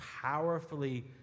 powerfully